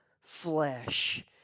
flesh